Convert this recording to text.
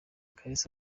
kalisa